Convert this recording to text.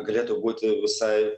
galėtų būti visai